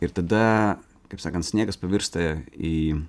ir tada kaip sakant sniegas pavirsta į